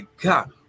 God